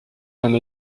and